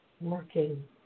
working